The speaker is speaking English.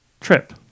trip